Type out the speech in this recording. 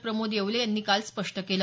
प्रमोद येवले यांनी काल स्पष्ट केलं